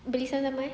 beli sama sama eh